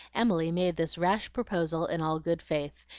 emily made this rash proposal in all good faith,